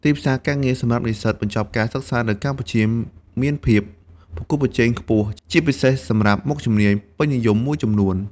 ទីផ្សារការងារសម្រាប់និស្សិតបញ្ចប់ការសិក្សានៅកម្ពុជាមានភាពប្រកួតប្រជែងខ្ពស់ ជាពិសេសសម្រាប់មុខជំនាញពេញនិយមមួយចំនួន។